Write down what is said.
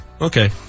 okay